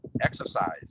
exercise